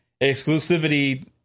exclusivity